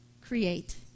create